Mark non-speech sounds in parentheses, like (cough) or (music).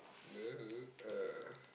(noise) uh